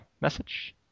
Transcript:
message